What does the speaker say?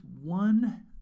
one